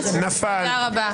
נפל.